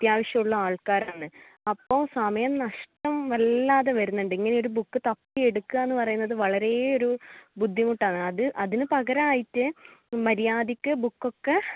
അത്യാവശ്യമുള്ള ആൾക്കാരാണ് അപ്പോൾ സമയം നഷ്ടം വല്ലാതെ വരുന്നുണ്ട് ഇങ്ങനെ ഒരു ബുക്ക് തപ്പി എടുക്കുക എന്ന് പറയുന്നത് വളരെ ഒരു ബുദ്ധിമുട്ടാണ് അത് അതിന് പകരമായിട്ട് മര്യാദക്ക് ബുക്ക് ഒക്കെ